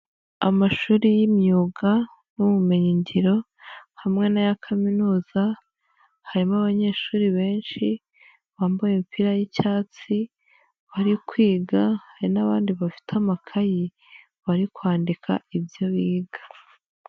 Amashuri y'imyuga n'ubumenyingiro, hamwe n'aya Kaminuza. Harimo abanyeshuri benshi bambaye imipira y'icyatsi, bari kwiga, hari n'abandi bafite amakayi, bari kwandika ibyo biga.